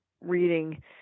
reading